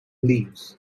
leaves